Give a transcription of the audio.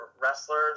wrestlers